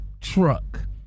truck